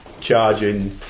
charging